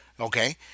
okay